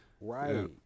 Right